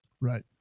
Right